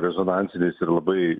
rezonansiniais ir labai